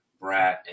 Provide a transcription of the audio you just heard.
brat